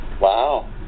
Wow